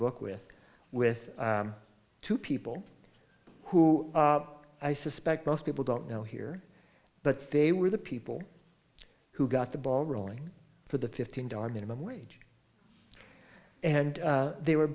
book with with two people who i suspect most people don't know here but they were the people who got the ball rolling for the fifteen dollar minimum wage and they were